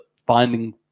finding